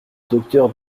docteur